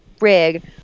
rig